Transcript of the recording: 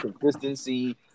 consistency